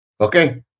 Okay